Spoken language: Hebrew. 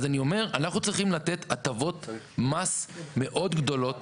אנחנו צריכים לתת הטבות מס מאוד גדולות